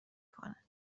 کنه